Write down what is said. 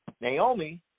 Naomi